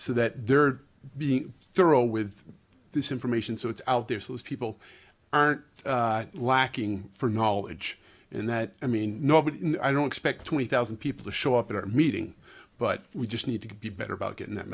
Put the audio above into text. so that they're being thorough with this information so it's out there so those people are lacking for knowledge and that i mean nobody can i don't expect twenty thousand people to show up at our meeting but we just need to be better about getting that